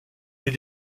est